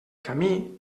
camí